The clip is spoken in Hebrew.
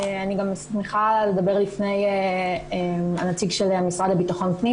אני גם שמחה לדבר לפני הנציג של המשרד לביטחון הפנים